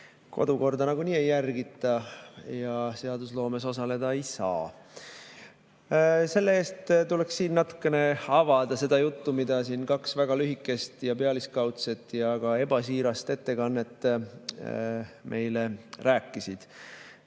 kodukorda nagunii ei järgita ja seadusloomes osaleda ei saa? Selle eest tuleks siin natukene avada seda juttu, millest siin kaks väga lühikest ja pealiskaudset ja ka ebasiirast ettekannet meile rääkisid. Plaan